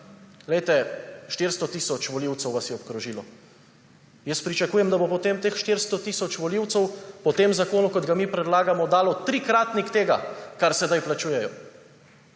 glejte, 400 tisoč volivcev vas je obkrožilo, jaz pričakujem, da bo potem teh 400 tisoč volivcev po tem zakonu, kot ga mi predlagamo, dalo trikratnik tega, kar sedaj plačujejo,